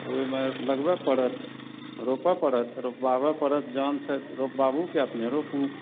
ओहिमे लगबै परत रोपऽ परत लागऽ परत जनसॅं रोपबाबु की अपने रूपू